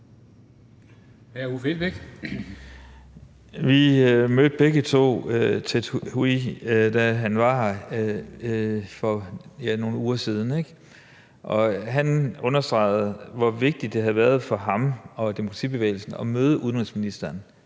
Vi mødte begge to Ted Hui, da han var her for nogle uger siden, og han understregede, hvor vigtigt det ville have været for ham og demokratibevægelsen at møde udenrigsministeren,